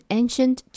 ancient